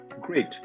Great